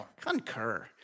Concur